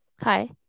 Hi